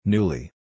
Newly